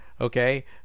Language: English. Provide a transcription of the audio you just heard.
okay